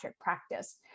practice